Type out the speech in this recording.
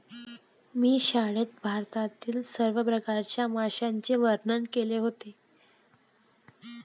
मी शाळेत भारतातील सर्व प्रकारच्या माशांचे वर्णन केले होते